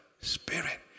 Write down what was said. spirit